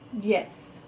yes